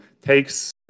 takes